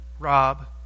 Rob